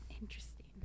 interesting